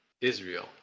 Israel